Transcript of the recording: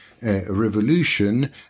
Revolution